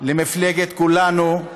למפלגת כולנו.